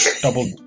double